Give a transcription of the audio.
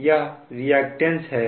यह रिएक्टेंस है